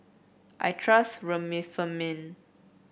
I trust Remifemin